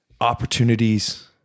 opportunities